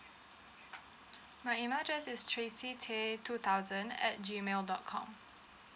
my email address is tracey tay two thousand at G mail dot com